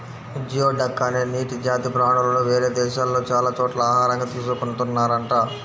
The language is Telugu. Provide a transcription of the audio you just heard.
జియోడక్ అనే నీటి జాతి ప్రాణులను వేరే దేశాల్లో చాలా చోట్ల ఆహారంగా తీసుకున్తున్నారంట